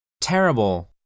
Terrible